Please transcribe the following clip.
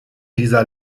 dieser